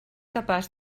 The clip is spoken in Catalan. capaç